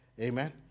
Amen